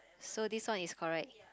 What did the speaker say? so this one is correct